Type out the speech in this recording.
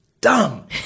dumb